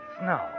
no